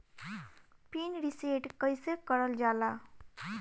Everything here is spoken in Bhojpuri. पीन रीसेट कईसे करल जाला?